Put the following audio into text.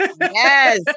Yes